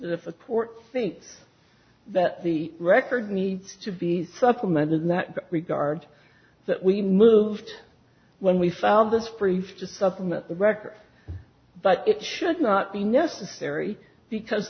support think that the record needs to be supplemented in that regard that we moved when we found this brief to supplement the record but it should not be necessary because